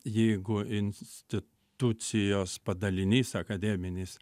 jeigu institucijos padalinys akademinis